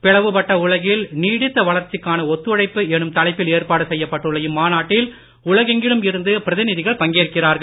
பிளவு பட்ட உலகில் நீடித்த வளர்ச்சிக்கான ஒத்துழைப்பு என்னும் தலைப்பில் ஏற்பாடு செய்யப்பட்டுள்ள இம்மாநாட்டில் உலகெங்கிலும் இருந்து பிரதிநிதிகள் பங்கேற்கிறார்கள்